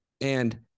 And-